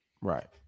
Right